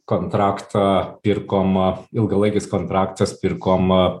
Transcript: kontraktą pirkom ilgalaikis kontraktas pirkom